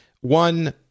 One